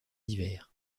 divers